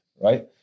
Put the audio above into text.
right